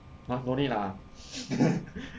!huh! no need lah